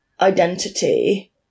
identity